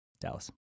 Dallas